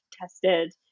tested